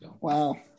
Wow